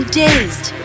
dazed